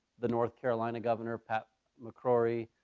the north carolina governor, pat mccrory,